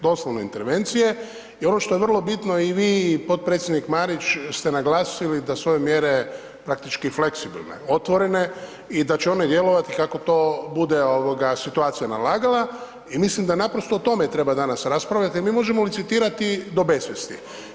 Doslovno intervencije i ono što je vrlo bitno, i vi i potpredsjednik Marić ste naglasili da su ove mjere praktički fleksibilne, otvorene i da će one djelovati kako to bude situacija nalagala i mislim da naprosto o tome treba danas raspravljati jer mi možemo licitirati do besvijesti.